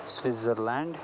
Switzerland